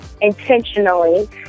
intentionally